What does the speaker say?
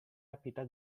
rapita